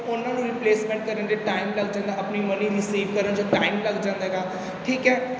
ਉਨ੍ਹਾਂ ਨੂੰ ਰਿਪਲੇਸ ਕਰਨ ਲਈ ਟਾਈਮ ਲੱਗ ਜਾਂਦਾ ਆਪਣੀ ਮਨੀ ਰਿਸੀਵ ਕਰਨ 'ਚ ਟਾਈਮ ਲੱਗ ਜਾਂਦਾ ਗਾ ਠੀਕ ਹੈ